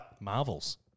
Marvels